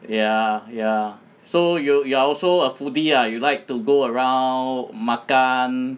ya ya so you you're so a foodie ah you like to go around makan